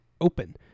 open